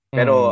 Pero